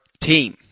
team